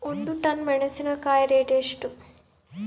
ಒಂದು ಟನ್ ಮೆನೆಸಿನಕಾಯಿ ರೇಟ್ ಎಷ್ಟು?